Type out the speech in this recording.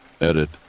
Edit